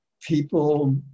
people